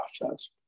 process